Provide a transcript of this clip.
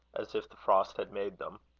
as if the frost had made them.